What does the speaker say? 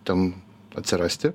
ten atsirasti